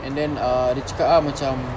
and then ah dia cakap ah macam